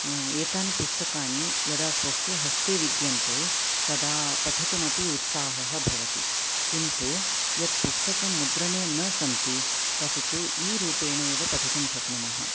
एतानि पुस्तकानि यदा स्वस्य हस्ते विद्यन्ते तदा पठितुमपि उत्साहः भवति किन्तु यत् पुस्तकं मुद्रणे न सन्ति तत् तु ई रूपेण एव पठितुं शक्नुमः